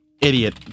Idiot